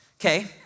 okay